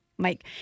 Mike